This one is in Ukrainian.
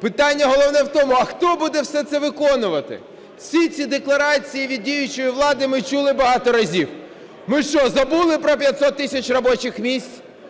питання головне в тому, а хто буде все це виконувати? Всі ці декларації від діючої влади ми чули багато разів. Ми що, забули про 500 тисяч робочих місць?